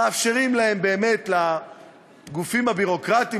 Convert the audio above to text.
מאפשרים לגופים הביורוקרטיים,